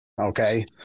Okay